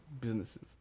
businesses